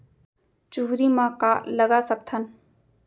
चुहरी म का लगा सकथन?